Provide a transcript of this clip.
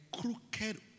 crooked